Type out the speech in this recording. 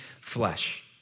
flesh